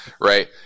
right